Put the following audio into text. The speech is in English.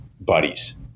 buddies